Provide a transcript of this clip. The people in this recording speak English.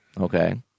Okay